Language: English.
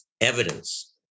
evidence